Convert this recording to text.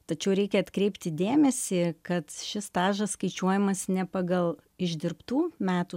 tačiau reikia atkreipti dėmesį kad šis stažas skaičiuojamas ne pagal išdirbtų metų